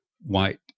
white